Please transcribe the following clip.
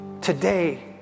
Today